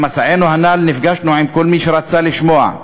במסענו הנ"ל נפגשנו עם כל מי שרצה לשמוע.